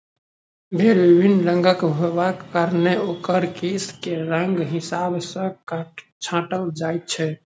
भेंड़ विभिन्न रंगक होयबाक कारणेँ ओकर केश के रंगक हिसाब सॅ छाँटल जाइत छै